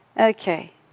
Okay